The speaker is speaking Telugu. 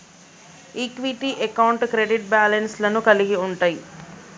ఈక్విటీ అకౌంట్లు క్రెడిట్ బ్యాలెన్స్ లను కలిగి ఉంటయ్